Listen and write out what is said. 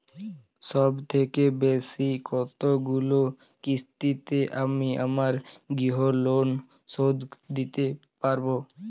সবথেকে বেশী কতগুলো কিস্তিতে আমি আমার গৃহলোন শোধ দিতে পারব?